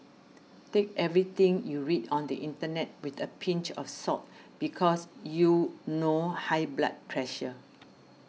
take everything you read on the internet with a pinch of salt because you know high blood pressure